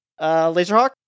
Laserhawk